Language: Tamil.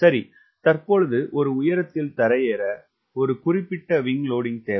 சரி தற்பொழுது ஒரு உயரத்தில் தரையேற ஒரு குறிப்பிட்ட விங்க் லோடிங்க் தேவை